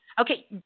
Okay